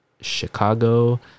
chicago